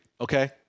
okay